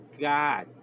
God